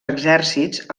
exèrcits